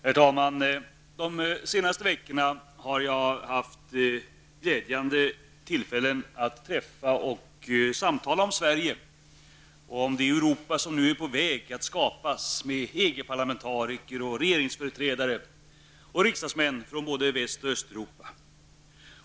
Herr talman! Under de senaste veckorna har jag haft glädjande tillfällen att tillsammans med EG parlamentariker, regeringsföreträdare och riksdagsmän från både Väst och Östeuropa samtala om Sverige och om det Europa som nu är på väg att skapas.